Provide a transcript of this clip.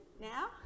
now